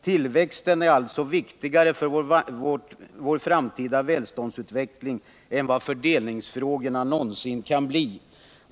Tillväxten är alltså viktigare för vår framtida välståndsutveckling än vad fördelningsfrågorna någonsin kan bli.